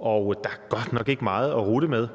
og der er godt nok ikke meget at rutte med.